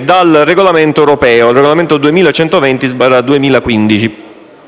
dal regolamento europeo n. 2120/2015,